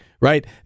right